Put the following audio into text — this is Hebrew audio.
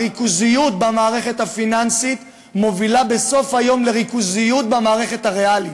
הריכוזיות במערכת הפיננסית מובילה בסוף היום לריכוזיות במערכת הריאלית.